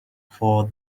for